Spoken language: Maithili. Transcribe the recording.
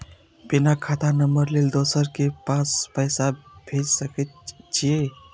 बिना खाता नंबर लेल दोसर के पास पैसा भेज सके छीए?